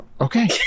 Okay